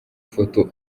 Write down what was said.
foto